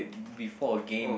before a game